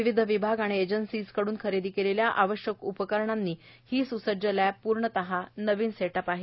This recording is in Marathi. विविध विभाग आणि एजन्सिकडून खरेदी केलेल्या आवश्यक उपकरणांनी ही स्सज्ज लॅब पूर्णतः नवीन सेटअप आहे